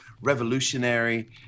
revolutionary